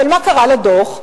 אבל מה קרה לדוח?